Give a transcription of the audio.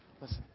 listen